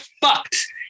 fucked